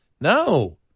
No